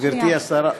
גברתי השרה.